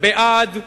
בעד,